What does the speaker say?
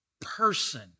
person